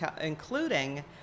including